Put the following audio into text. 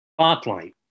spotlight